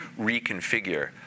reconfigure